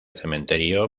cementerio